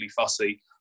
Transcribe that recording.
fussy